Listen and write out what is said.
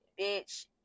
bitch